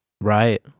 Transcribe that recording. Right